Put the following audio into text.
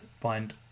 find